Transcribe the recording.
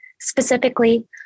specifically